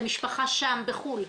המשפחה שם בחו"ל,